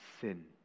sin